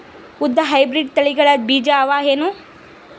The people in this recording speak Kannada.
ಉದ್ದ ಹೈಬ್ರಿಡ್ ತಳಿಗಳ ಬೀಜ ಅವ ಏನು?